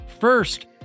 First